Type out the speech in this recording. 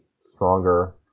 stronger